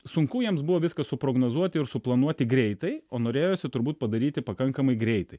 sunku jiems buvo viską suprognozuoti ir suplanuoti greitai o norėjosi turbūt padaryti pakankamai greitai